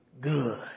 good